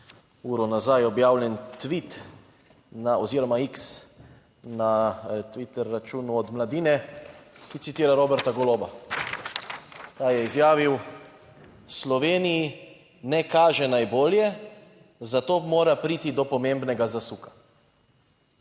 uro nazaj objavljen tvit oziroma iks na Twitter računu od Mladine, ki citira Roberta Goloba, ta je izjavil: "Sloveniji ne kaže najbolje, zato mora priti do pomembnega zasuka."